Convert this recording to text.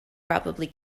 probably